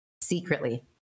secretly